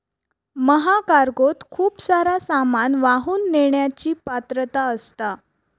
महाकार्गोत खूप सारा सामान वाहून नेण्याची पात्रता असता